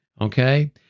okay